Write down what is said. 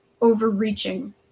overreaching